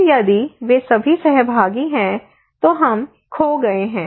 फिर यदि वे सभी सहभागी हैं तो हम खो गए हैं